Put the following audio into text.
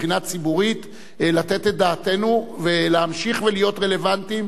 מבחינה ציבורית לתת את דעתנו ולהמשיך ולהיות רלוונטיים,